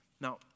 Now